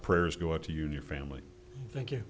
prayers go out to you and your family thank you